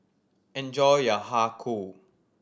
enjoy your Har Kow